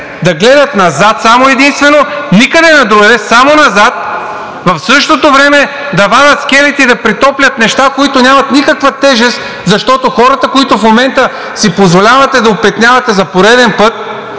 да гледат назад само и единствено, никъде другаде, само назад, а в същото време да вадят скелети и да претоплят неща, които нямат никаква тежест, защото хората, които в момента си позволявате да опетнявате за пореден път,